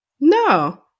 No